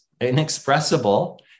inexpressible